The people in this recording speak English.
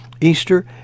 Easter